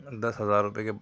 دس ہزار روپے کے